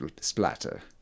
splatter